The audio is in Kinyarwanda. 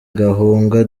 gahunga